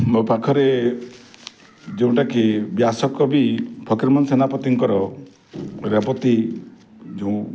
ମୋ ପାଖରେ ଯେଉଁଟାକି ବ୍ୟାସକବି ଫକୀରମୋହନ ସେନାପତିଙ୍କର ରେବତୀ ଯେଉଁ